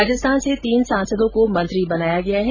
राजस्थान से तीन सांसदों को मंत्री बनाया गया है